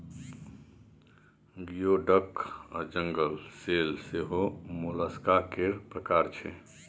गियो डक आ जंगल सेल सेहो मोलस्का केर प्रकार छै